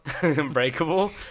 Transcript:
Unbreakable